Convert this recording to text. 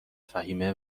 فهمیه